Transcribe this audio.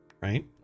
right